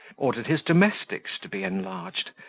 ordered his domestics to be enlarged,